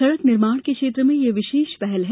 सड़क निर्माण के क्षेत्र में यह विशेष पहल है